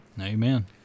Amen